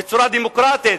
בצורה דמוקרטית,